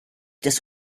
das